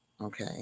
okay